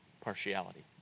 partiality